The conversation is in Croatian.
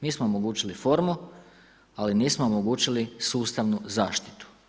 Mi smo omogućili formu, ali nismo omogućili sustavnu zaštitu.